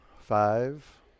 five